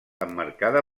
emmarcada